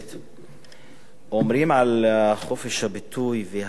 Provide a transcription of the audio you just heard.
אומרים על חופש הביטוי והגבולות שלו: